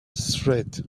threat